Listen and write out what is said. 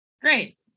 great